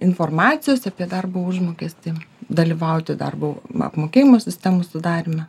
informacijos apie darbo užmokestį dalyvauti darbo apmokėjimo sistemos sudaryme